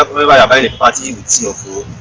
i mean a property with c of o,